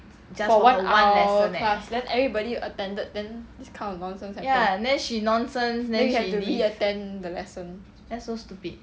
for one hour class then everybody attended then this kind of nonsense happen then we have to re-attend the lesson